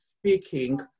speaking